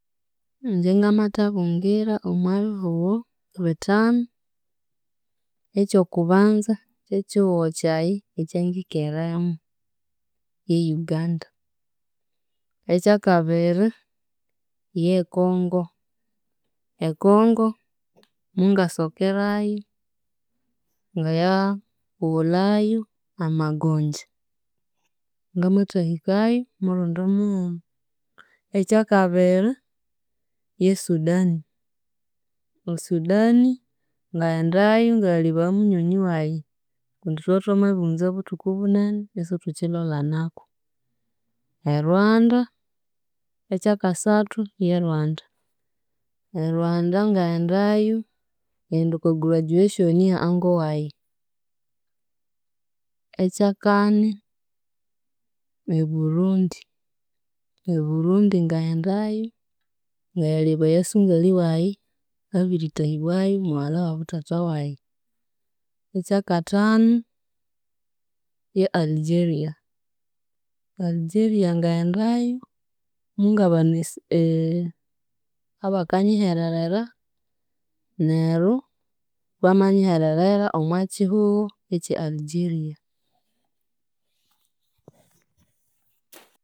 Ingye ngamathabungira omo bihugho bithanu; eky'okubanza ky'ekihugho kyayi ekyangikiremo e Uganda, eky'akabiri, y'e Congo, e Congo mungasokerayu ngaya wulayu amagonja, ngamathahikayu murundi mughuma, eky'akabiri, y'e Sudan, e Sudan, ngaghendayu ngayalebaya munywani wayi kundi thwabya ithwamabiriwunza buthuku bunene isithukilolanaku, e Rwanda, e kyakasathu, y'e Rwanda, e Rwanda ngaghendayu, ngaghenda okwa graduation eya uncle wayi, ekyakani, e Burundi, e Burundi ngaghendayu, ngayalebaya sungali wayi, abirithahibwayu mughalha w'abu thatha wayi, eky'akathanu, y'e Algeria, Algeria ngaghendayu, mungabana esi ee abakanyihererera neryo bamanyihererera omwa kihugho eky'e Algeria.